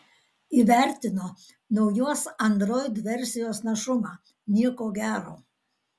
įvertino naujos android versijos našumą nieko gero